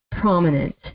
prominent